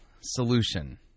solution